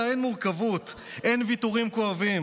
לפתע אין מורכבות, אין ויתורים כואבים.